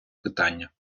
питання